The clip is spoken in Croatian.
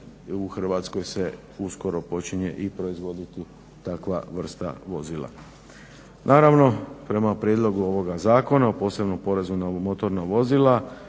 u Hrvatskoj se uskoro počinje i proizvoditi takva vrsta vozila. Naravno prema prijedlogu ovoga Zakona o posebnom porezu na motorna vozila